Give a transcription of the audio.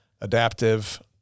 adaptive